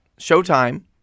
showtime